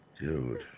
dude